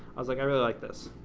i was like, i really like this.